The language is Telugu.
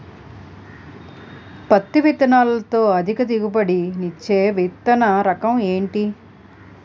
పత్తి విత్తనాలతో అధిక దిగుబడి నిచ్చే విత్తన రకం ఏంటి?